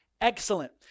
excellent